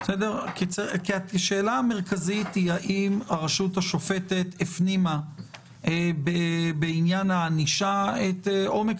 כי השאלה המרכזית היא האם הרשות השופטת הפנימה בעניין הענישה את עומק